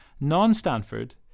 non-Stanford